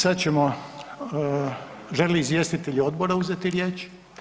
Sad ćemo, žele li izvjestitelji odbora uzeti riječ?